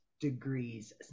degrees